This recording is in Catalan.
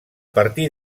partir